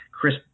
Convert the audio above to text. Chris